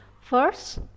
first